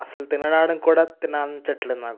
అస్సలు తినడానికి కూడా తినాలనిపించడం లేదు నాకు